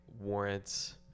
warrants